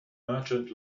merchant